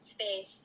space